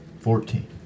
Fourteen